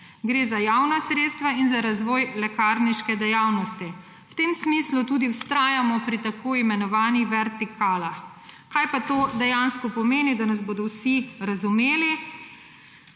Gre za javna sredstva in za razvoj lekarniške dejavnosti. V tem smislu tudi vztrajamo pri tako imenovanih vertikalah. Kaj pa to dejansko pomeni, da nas bodo vsi razumeli?